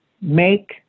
make